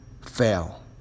fail